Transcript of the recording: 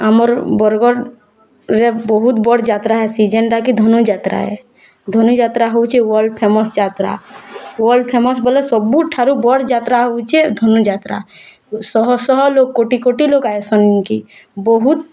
ଆମର୍ ବରଗଡ଼୍ରେ ବହୁତ ବଡ଼ ଯାତ୍ରା ହେସି ଯେନ୍ଟା କି ଧନୁଯାତ୍ରା ଏ ଧନୁଯାତ୍ରା ହଉଚି ୱାଲ୍ର୍ଡ଼ ଫେମସ୍ ଯାତ୍ରା ୱାଲ୍ର୍ଡ଼ ଫେମସ୍ ବୋଲେ ସବୁଠାରୁ ବଡ଼ ଯାତ୍ରା ହେଉଛେ ଧନୁଯାତ୍ରା ଶହ ଶହ ଲୋକ୍ କୋଟି କୋଟି ଲୋକ୍ ଆସନ୍ କି ବହୁତ୍